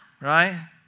right